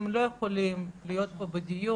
הם לא יכולים להיות פה בדיון,